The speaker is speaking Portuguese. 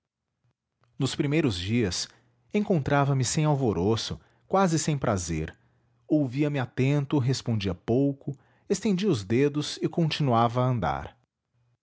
nos primeiros dias encontrava me sem alvoroço quase sem prazer ouvia-me atento respondia pouco estendia os dedos e continuava a andar